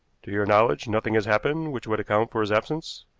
to your knowledge nothing has happened which would account for his absence?